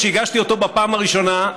כשהגשתי אותו בפעם הראשונה,